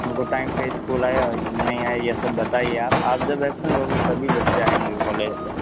उनको टाइम पे इस्कूल आए नहीं आए ये सब बताइए आप आप जब एक्शन लोगे तभी बच्चे आऐंगे बोले तो